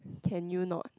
can you not